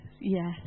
yes